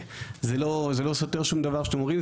זה לא סותר שום דבר שאתם אומרים,